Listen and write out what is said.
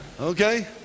Okay